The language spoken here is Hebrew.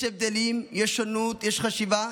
יש הבדלים, יש שונות, יש חשיבה.